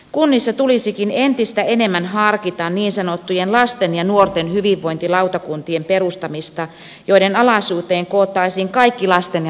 kunnissa tulisikin entistä enemmän harkita niin sanottujen lasten ja nuorten hyvinvointilautakuntien perustamista joiden alaisuuteen koottaisiin kaikki lasten ja nuorten palvelut